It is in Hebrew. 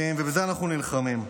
ובזה אנחנו נלחמים.